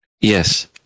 Yes